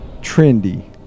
Trendy